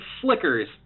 flickers